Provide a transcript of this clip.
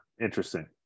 interesting